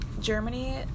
Germany